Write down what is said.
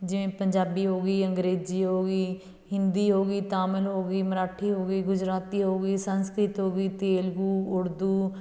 ਜਿਵੇਂ ਪੰਜਾਬੀ ਹੋ ਗਈ ਅੰਗਰੇਜ਼ੀ ਹੋ ਗਈ ਹਿੰਦੀ ਹੋ ਗਈ ਤਾਮਿਲ ਹੋ ਗਈ ਮਰਾਠੀ ਹੋ ਗਈ ਗੁਜਰਾਤੀ ਹੋ ਗਈ ਸੰਸਕ੍ਰਿਤ ਹੋ ਗਈ ਤੇਲਗੂ ਉੜਦੂ